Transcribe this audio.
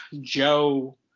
joe